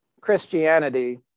Christianity